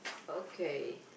okay